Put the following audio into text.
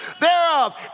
thereof